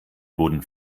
wurden